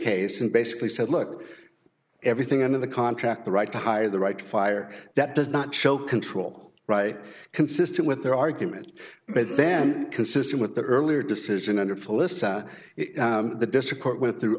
case and basically said look everything under the contract the right to hire the right to fire that does not show control right consistent with their argument but then consistent with the earlier decision under phyllis at the district court with through